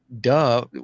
duh